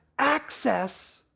access